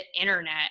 internet